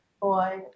Boy